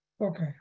Okay